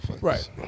right